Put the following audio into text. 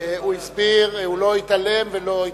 הוא הסביר, הוא לא התעלם ולא התחמק.